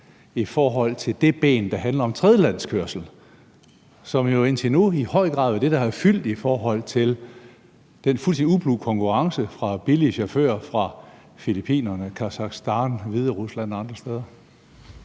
i forhold til det ben, der handler om tredjelandskørsel, som jo indtil nu i høj grad har været det, der har fyldt i forhold til den fuldstændig ublu konkurrence fra billige chauffører fra Filippinerne, Kasakhstan, Hviderusland og andre steder?